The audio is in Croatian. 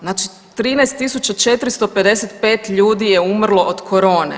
Znači 13.455 ljudi je umrlo od korone.